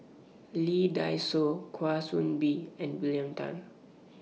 Lee Dai Soh Kwa Soon Bee and William Tan